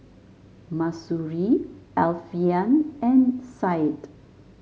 Mahsuri Alfian and Said